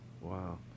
wow